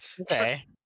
Okay